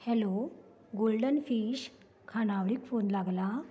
hello golden fish खाणावळीक phone लागला